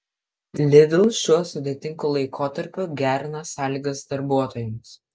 lidl šiuo sudėtingu laikotarpiu gerina sąlygas darbuotojams